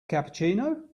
cappuccino